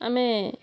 ଆମେ